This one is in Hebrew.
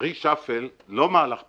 reshuffle לא מהלך פשוט.